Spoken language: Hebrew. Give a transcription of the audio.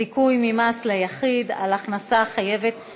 והוועדה המוסמכת לדון בה היא ועדת החוקה,